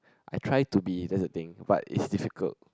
I try to be that's the thing but it's difficult